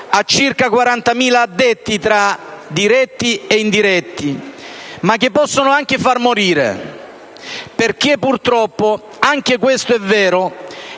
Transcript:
a circa 40.000 addetti tra diretti e indiretti, ma che possono anche far morire, perché purtroppo (anche questo è vero)